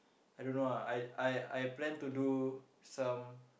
I don't know ah I I I plan to do some